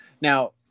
Now